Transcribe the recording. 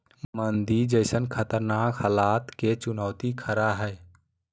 मंदी जैसन खतरनाक हलात के चुनौती खरा हइ